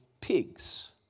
pigs